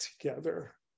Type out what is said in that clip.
together